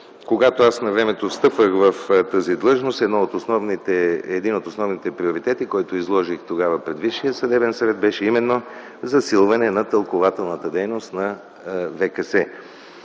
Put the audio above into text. когато навремето аз встъпвах в тази длъжност, един от основните приоритети, който изложих тогава пред Висшия съдебен съвет, беше именно засилване на тълкувателната дейност на ВКС.